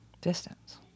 Distance